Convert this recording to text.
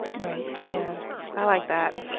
right. yeah i like that.